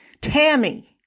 Tammy